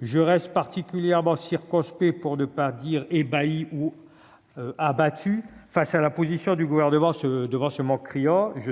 je reste particulièrement circonspect, pour ne pas dire ébahi ou abattu, face à la position du Gouvernement devant ce manque criant : il